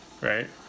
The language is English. Right